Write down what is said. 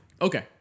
Okay